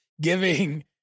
Giving